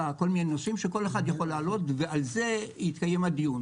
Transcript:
כל מיני נושאים ועל זה יתקיים הדיון.